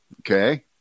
okay